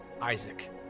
Isaac